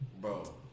bro